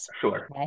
Sure